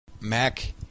Mac